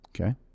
Okay